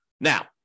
Now